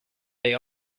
they